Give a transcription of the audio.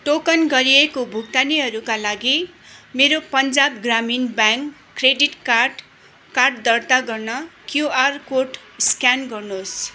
token गरिएको भुक्तानीहरूका लागि मेरो पन्जाब ग्रामीण ब्याङ्क क्रेडिट कार्ड कार्ड दर्ता गर्न क्युआर कोड स्क्यान गर्नुहोस्